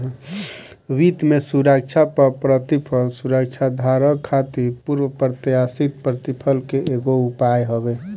वित्त में सुरक्षा पअ प्रतिफल सुरक्षाधारक खातिर पूर्व प्रत्याशित प्रतिफल के एगो उपाय हवे